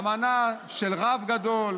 אמנה של רב גדול